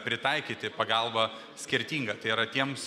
pritaikyti pagalbą skirtingą tai yra tiems